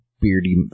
beardy